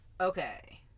Okay